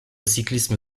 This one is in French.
cyclisme